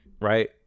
right